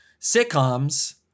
sitcoms